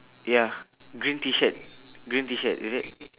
ya green T-shirt green T-shirt is it